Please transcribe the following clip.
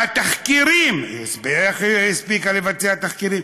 והתחקירים" איך היא הספיקה לבצע תחקירים?